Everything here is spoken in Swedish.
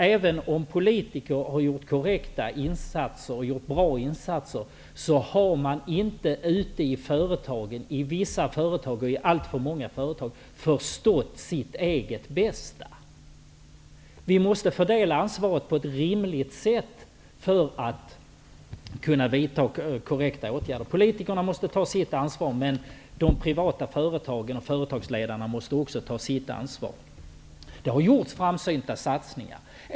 Även om politiker har gjort korrekta och bra insatser, har vissa företag -- alltför många -- inte förstått sitt eget bästa. Vi måste fördela ansvaret på ett rimligt sätt för att kunna vidta korrekta åtgärder. Politikerna måste ta sitt ansvar. De privata företagen och företagsledarna måste också ta sitt ansvar. Det har gjorts framsynta satsningar.